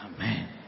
Amen